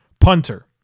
punter